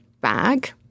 bag